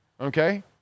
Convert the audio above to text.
okay